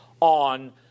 on